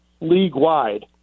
league-wide